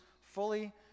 fully